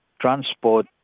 transport